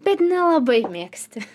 bet nelabai mėgsti